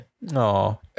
No